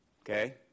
Okay